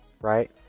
right